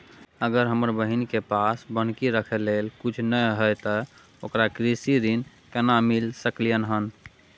अगर हमर बहिन के पास बन्हकी रखय लेल कुछ नय हय त ओकरा कृषि ऋण केना मिल सकलय हन?